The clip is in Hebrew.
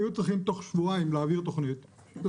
הם היו צריכים להעביר תוכנית תוך שבועיים, אז